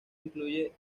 incluye